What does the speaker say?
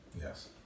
Yes